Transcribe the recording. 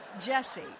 Jesse